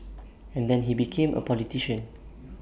and then he became A politician